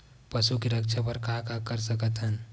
पशु के रक्षा बर का कर सकत हन?